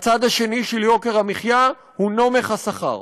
הצד השני של יוקר המחיה הוא נומך השכר,